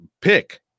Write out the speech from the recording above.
pick